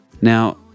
Now